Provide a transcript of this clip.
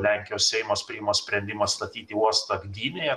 lenkijos seimas priima sprendimą statyti uostą gdynėje